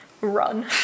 run